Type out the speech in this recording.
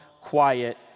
quiet